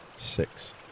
six